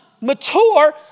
mature